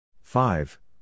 five